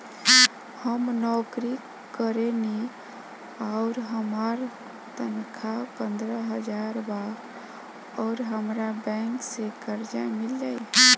हम नौकरी करेनी आउर हमार तनख़ाह पंद्रह हज़ार बा और हमरा बैंक से कर्जा मिल जायी?